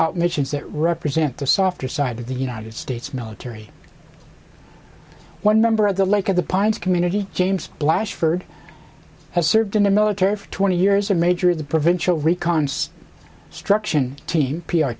out missions that represent the softer side of the united states military one member of the like of the pines community james lash furred has served in the military for twenty years a major in the provincial recounts struction team p r